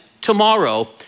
tomorrow